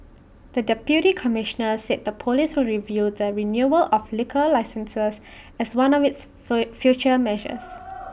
the deputy Commissioner said the Police will review the renewal of liquor licences as one of its future measures